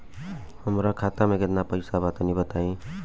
हमरा खाता मे केतना पईसा बा तनि बताईं?